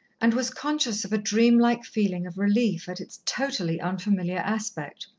and was conscious of a dream-like feeling of relief at its totally unfamiliar aspect.